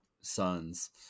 sons